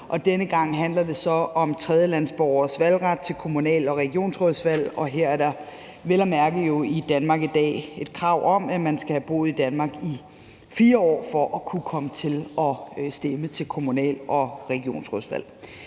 denne gang handler det så om tredjelandsborgeres valgret til kommunal- og regionsrådsvalg, og her er der vel at mærke jo i Danmark i dag et krav om, at man skal have boet i Danmark i 4 år for at kunne komme til at stemme til kommunal- og regionsrådsvalg.